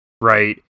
right